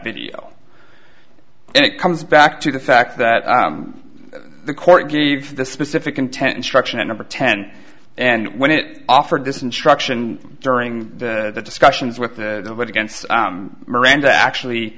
video and it comes back to the fact that the court gave the specific content instruction in number ten and when it offered this instruction during the discussions with the vote against miranda actually